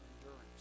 endurance